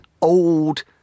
old